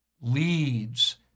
leads